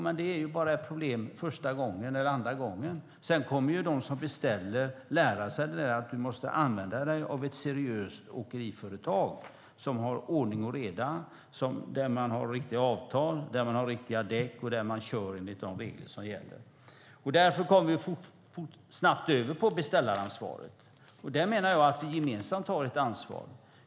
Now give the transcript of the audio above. Men det är bara ett problem första eller andra gången. Sedan kommer de som beställer att lära sig att man måste använda sig av ett seriöst åkeriföretag som har ordning och reda och där man har riktiga avtal och riktiga däck och där man kör enligt de regler som gäller. Därför kommer vi snabbt över på beställaransvaret. Där menar jag att vi gemensamt har ett ansvar.